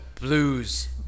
blues